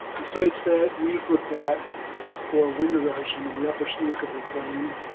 the sites that we've looked at for wind erosion in the upper snake river plain